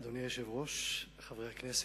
אדוני היושב-ראש, חברי הכנסת,